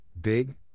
big